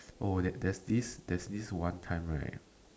oh there there's this there's this one time right